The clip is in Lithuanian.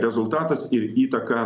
rezultatas ir įtaka